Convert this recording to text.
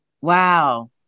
Wow